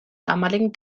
damaligen